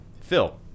Phil